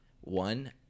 one